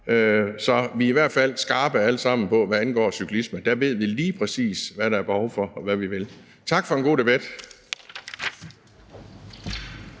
Så er vi i hvert fald alle sammen skarpe på det; hvad angår cyklisme, ved vi lige præcis, hvad der er behov for, og hvad vi vil. Tak for en god debat.